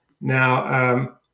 Now